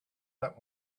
that